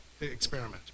experiment